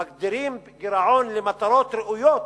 מגדירים גירעון למטרות ראויות,